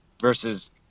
versus